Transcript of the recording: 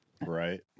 Right